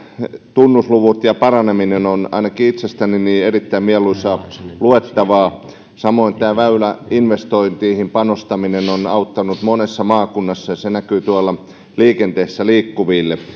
tunnusluvut ja paraneminen ovat ainakin itsestäni erittäin mieluisaa luettavaa samoin väyläinvestointeihin panostaminen on auttanut monessa maakunnassa se näkyy tuolla liikenteessä liikkuville